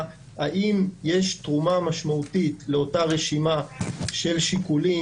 האם יש תרומה משמעותית לאותה רשימה של שיקולים,